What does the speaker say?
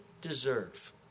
deserve